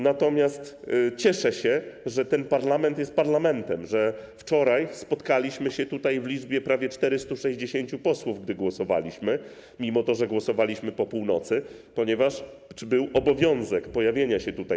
Natomiast cieszę się, że parlament jest parlamentem, że wczoraj spotkaliśmy się tutaj w liczbie prawie 460 posłów, gdy głosowaliśmy, mimo że było to po północy, ponieważ był obowiązek pojawienia się tutaj.